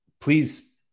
Please